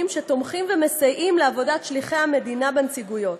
שתומכים ומסייעים לעבודת שליחי המדינה בנציגויות.